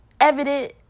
evident